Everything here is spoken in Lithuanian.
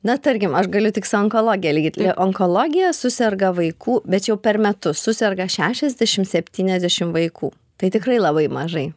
na tarkim aš galiu tik su onkologija lygit į onkologija suserga vaikų bet čia jau per metus suserga šešiasdešimt septyniasdešimt vaikų tai tikrai labai mažai